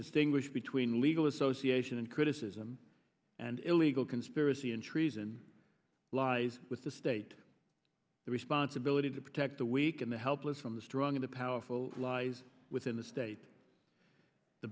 distinguish between legal association and criticism and illegal conspiracy and treason lies with the state the responsibility to protect the weak and the helpless from the strong the powerful lies within the state the